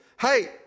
hey